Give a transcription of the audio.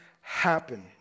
happen